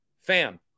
Fam